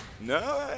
No